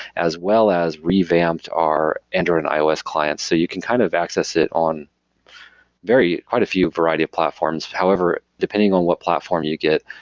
as well as revamped our android and ios clients. so you can kind of access it on very, quite a few variety of platforms. however, depending on what platform you get,